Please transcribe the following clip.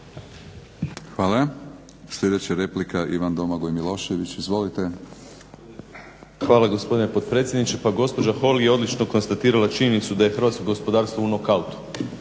Hvala. Sljedeća replika Ivan Domagoj Milošević, izvolite. **Milošević, Domagoj Ivan (HDZ)** Hvala gospodine potpredsjedniče. Pa gospođa Holy je odlično konstatirala činjenicu da je hrvatsko gospodarstvo u knockoutu.